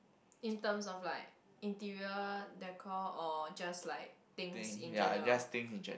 in terms of like interior deco or just like things in general